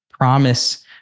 promise